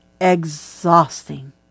exhausting